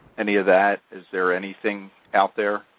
any of that, is there anything out there?